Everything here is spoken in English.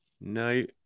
No